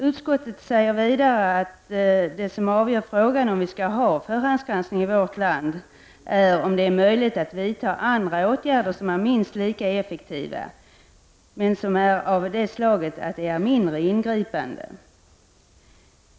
Utskottet säger vidare att det som avgör frågan om vi skall ha förhandsgranskning i vårt land är om det är möjligt att vidta andra åtgärder som är minst lika effektiva, men som är av det slaget att de är mindre ingripande.